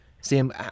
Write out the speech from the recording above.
Sam